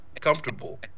comfortable